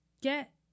get